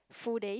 full day